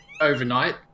overnight